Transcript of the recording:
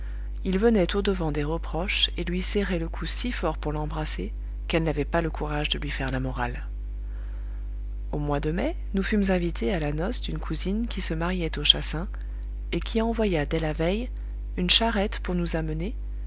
il venait au-devant des reproches et lui serrait le cou si fort pour l'embrasser qu'elle n'avait pas le courage de lui faire la morale au mois de mai nous fûmes invités à la noce d'une cousine qui se mariait au chassin et qui envoya dès la veille une charrette pour nous amener